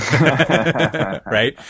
Right